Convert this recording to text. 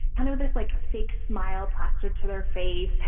kind of this, like, fake smile plastered to their face.